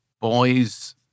boys